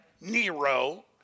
Nero